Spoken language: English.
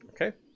Okay